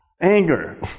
anger